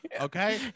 okay